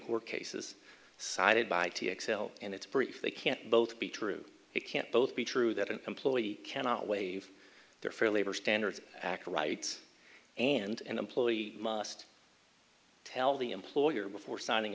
court cases cited by excel and it's brief they can't both be true it can't both be true that an employee cannot wave their fair labor standards act rights and an employee must tell the employer before signing